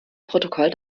protokoll